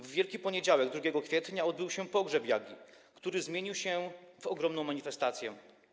W Wielki Poniedziałek, 2 kwietnia, odbył się pogrzeb Jagi, który zmienił się w ogromną manifestację.